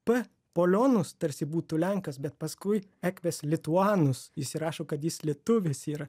p polionus tarsi būtų lenkas bet paskui ekvis lituanus įsirašo kad jis lietuvis yra